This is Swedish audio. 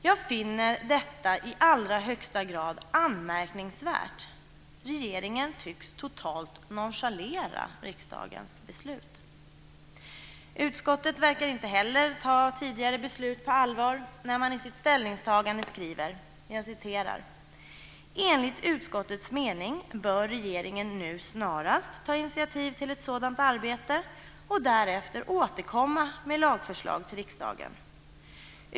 Jag finner detta i allra högsta grad anmärkningsvärt. Regeringen tycks totalt nonchalera riksdagens beslut. Utskottet verkar inte heller ta tidigare beslut på allvar när det i sitt ställningstagande skriver: "Enligt utskottets mening bör regeringen nu snarast ta initiativ till ett sådant arbete och därefter återkomma med lagförslag till riksdagen.